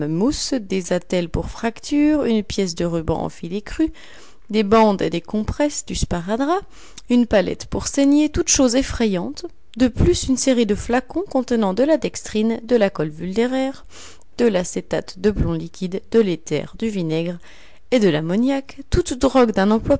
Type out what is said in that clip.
mousses des attelles pour fracture une pièce de ruban en fil écru des bandes et compresses du sparadrap une palette pour saignée toutes choses effrayantes de plus une série de flacons contenant de la dextrine de l'alcool vulnéraire de l'acétate de plomb liquide de l'éther du vinaigre et de l'ammoniaque toutes drogues d'un emploi